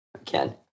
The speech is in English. again